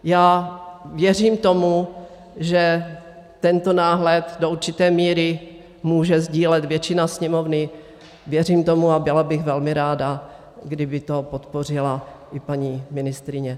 Já věřím tomu, že tento náhled do určité míry může sdílet většina Sněmovny, věřím tomu a byla bych velmi ráda, kdyby to podpořila i paní ministryně.